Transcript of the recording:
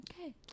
Okay